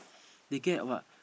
they get what